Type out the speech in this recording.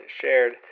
shared